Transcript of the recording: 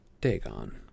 Dagon